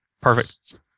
Perfect